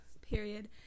period